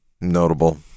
notable